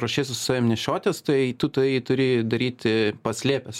ruošiesi su savim nešiotis tai tu tai turi daryti paslėpęs